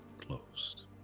closed